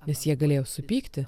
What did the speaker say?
nes jie galėjo supykti